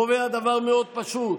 קובע דבר מאוד פשוט: